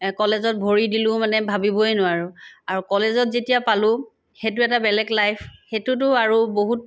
কলেজত ভৰি দিলো মানে ভাবিবই নোৱাৰো আৰু কলেজত যেতিয়া পালো সেইটো এটা বেলেগ লাইফ সেইটোতো আৰু বহুত